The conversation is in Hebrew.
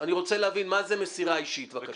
אני רוצה להבין מה זה מסירה אישית, בבקשה.